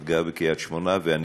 שמעת גם מה אמרתי.